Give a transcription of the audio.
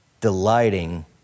delighting